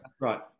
Right